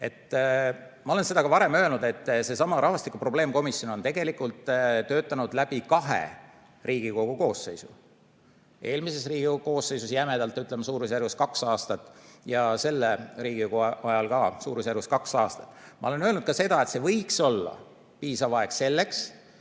Ma olen seda ka varem öelnud, et rahvastiku probleemkomisjon on tegelikult töötanud läbi kahe Riigikogu koosseisu: eelmises Riigikogu koosseisus jämedalt öeldes kaks aastat ja selle koosseisu ajal samuti umbes kaks aastat. Ma olen öelnud ka seda, et see võiks olla piisav aeg selleks, et